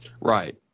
Right